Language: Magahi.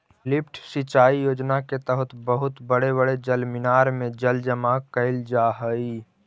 लिफ्ट सिंचाई योजना के तहत बहुत बड़े बड़े जलमीनार में जल जमा कैल जा हई